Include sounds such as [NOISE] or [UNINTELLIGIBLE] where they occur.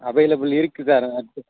available இருக்குது sir [UNINTELLIGIBLE]